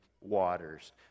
waters